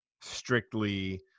strictly